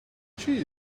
cheese